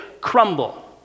crumble